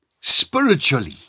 spiritually